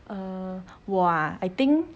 err 我 ah I think